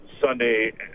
Sunday